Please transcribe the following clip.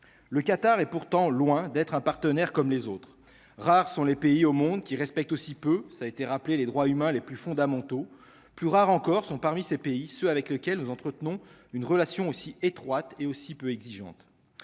le Qatar est pourtant loin d'être un partenaire comme les autres, rares sont les pays au monde qui respecte aussi peu, ça a été rappelé les droits humains les plus fondamentaux plus rares encore sont parmi ces pays, ceux avec lesquels nous entretenons une relation aussi étroite et aussi peu exigeante,